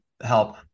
help